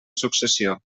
successió